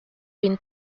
been